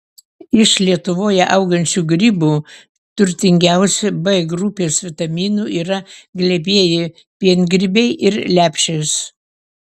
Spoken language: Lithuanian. iš lietuvoje augančių grybų turtingiausi b grupės vitaminų yra glebieji piengrybiai ir lepšės